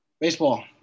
Baseball